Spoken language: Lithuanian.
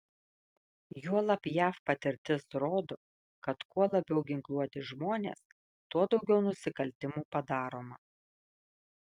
juolab jav patirtis rodo kad kuo labiau ginkluoti žmonės tuo daugiau nusikaltimų padaroma